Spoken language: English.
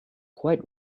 quite